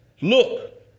Look